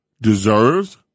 deserves